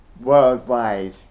worldwide